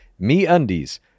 MeUndies